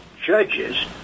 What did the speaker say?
judges